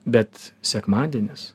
bet sekmadienis